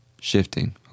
shifting